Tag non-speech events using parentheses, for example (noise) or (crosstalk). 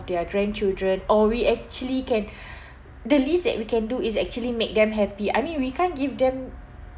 their grandchildren or we actually can (breath) the least that we can do is actually make them happy I mean we can't give them